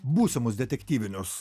būsimus detektyvinius